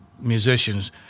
musicians